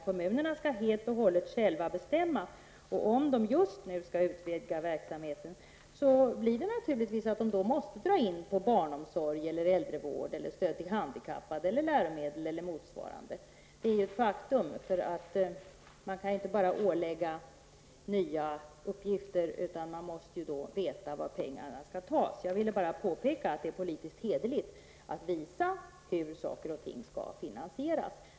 Kommunerna skall helt och hållet själva bestämma. Om de just nu skall utvidga verksamheten, måste de naturligtvis dra in på barnomsorg, äldrevård, stöd till handikappade, läromedel eller något annat motsvarande. Det är ett faktum. Man kan inte bara ålägga nya uppgifter utan att veta var pengarna skall tas ifrån. Det är politiskt hederligt att visa hur saker och ting skall finansieras.